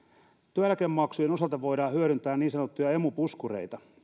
työeläkemaksujen osalta voidaan hyödyntää niin sanottuja emu puskureita